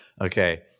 Okay